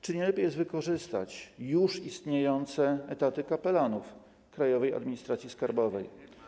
Czy nie lepiej jest wykorzystać już istniejące etaty kapelanów Krajowej Administracji Skarbowej?